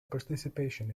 participation